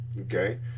Okay